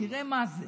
תראה מה זה: